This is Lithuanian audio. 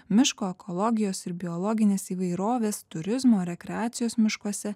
miško ekologijos ir biologinės įvairovės turizmo rekreacijos miškuose